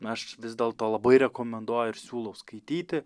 na aš vis dėlto labai rekomenduoju ir siūlau skaityti